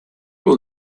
will